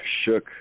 shook